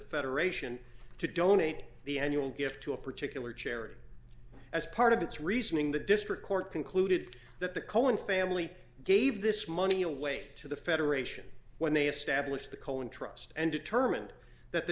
federation to donate the annual gift to a particular charity as part of its reasoning the district court concluded that the cowen family gave this money away to the federation when they established the cohen trust and determined that the